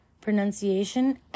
pronunciation